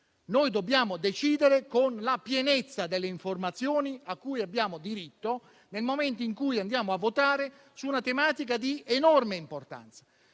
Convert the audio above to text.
Noi dobbiamo decidere con la pienezza delle informazioni, cui abbiamo diritto nel momento in cui andiamo a votare su una tematica di enorme importanza,